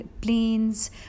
planes